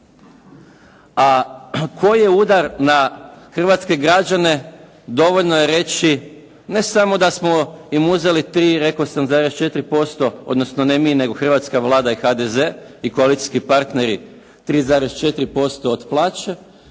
A koji je udar na hrvatske građane dovoljno je reći, ne samo da smo im uzeli rekao sam 3,4% odnosno ne mi nego hrvatska Vlada i HDZ i koalicijski partneri, 3,4% od plaće,